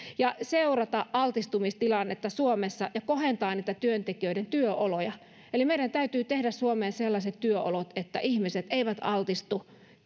ja seurata altistumistilannetta suomessa ja kohentaa työntekijöiden työoloja eli meidän täytyy tehdä suomeen sellaiset työolot että ihmiset eivät altistu